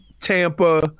Tampa